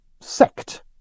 sect